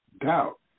doubt